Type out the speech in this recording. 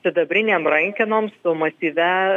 sidabrinėm rankenom su masyvia